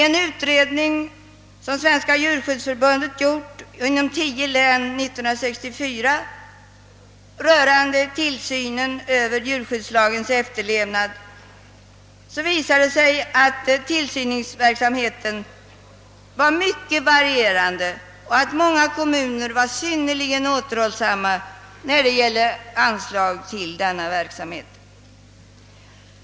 En utredning, som Svenska djurskyddsförbundet gjorde inom tio län år 1964 rörande tillsynen av djurskyddslagens efterlevnad, visade att tillsyningsverksamheten var mycket varierande och att många kommuner var synnerligen återhållsamma när det gällde anslag till denna verksamhet.